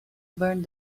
burned